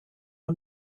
nhw